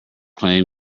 claim